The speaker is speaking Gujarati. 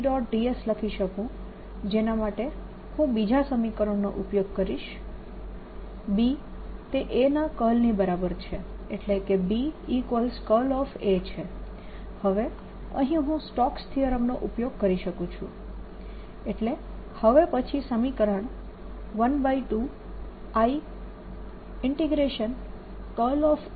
dS લખી શકું જેના માટે હું બીજા સમીકરણનો ઉપયોગ કરીશ B એ A ના કર્લ ની બરાબર છે એટલે કે BA છે હવે અહીં હું સ્ટોક્સ થીયરમ નો ઉપયોગ કરી શકું છું એટલે હવે પછી સમીકરણ 12I